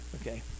okay